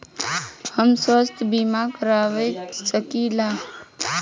हम स्वास्थ्य बीमा करवा सकी ला?